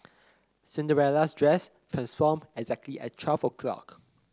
Cinderella's dress transformed exactly at twelve o'clock